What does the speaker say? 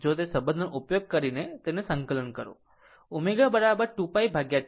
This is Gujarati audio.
જો તે સંબંધનો ઉપયોગ કરીને તેને સંકલન કરો ω 2π T